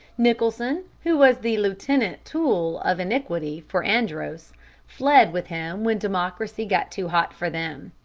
nicholson, who was the lieutenant tool of iniquity for andros fled with him when democracy got too hot for them.